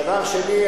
דבר שני,